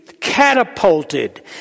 catapulted